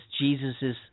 Jesus's